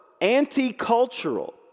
anti-cultural